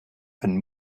and